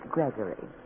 Gregory